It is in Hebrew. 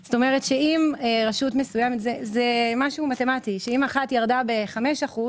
זה משהו מתמטי אם אחד ירדה ב-5%,